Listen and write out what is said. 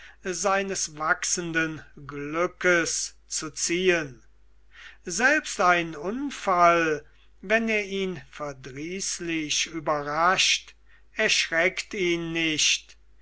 seines wachsenden glücks zu ziehen selbst ein unfall wenn er ihn verdrießlich überrascht er schreckt ihn nicht